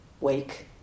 wake